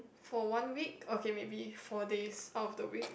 for one week okay maybe four days out of the week